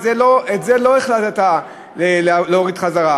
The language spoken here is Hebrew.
את זה לא החלטת להוריד חזרה,